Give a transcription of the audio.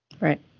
Right